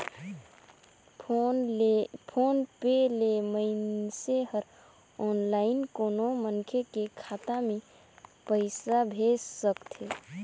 phone पे ले मइनसे हर आनलाईन कोनो मनखे के खाता मे पइसा भेज सकथे